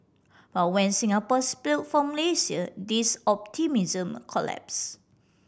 but when Singapore split from Malaysia this optimism collapse